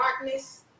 darkness